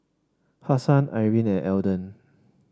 Hassan Irene and Elden